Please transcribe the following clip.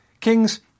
kings